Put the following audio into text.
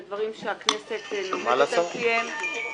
זה דברים שהכנסת לומדת על פיהם.